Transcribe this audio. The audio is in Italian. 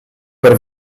per